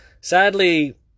Sadly